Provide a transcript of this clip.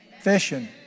Fishing